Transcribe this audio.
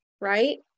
right